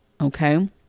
okay